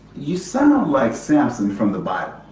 you sound like samson from the bible.